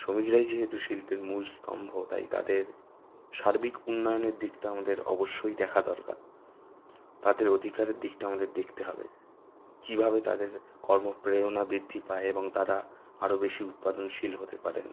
শ্রমিকরাই যেহেতু শিল্পের মূল স্তম্ভ তাই তাদের সার্বিক উন্নয়নের দিকটা আমাদের অবশ্যই দেখা দরকার তাদের অধিকারের দিকটা আমাদের দেখতে হবে কীভাবে তাদের কর্মপ্রেরণা বৃদ্ধি পায় এবং তারা আরও বেশি উৎপাদনশীল হতে পারেন